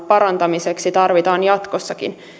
parantamiseksi tarvitaan jatkossakin